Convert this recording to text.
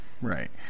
Right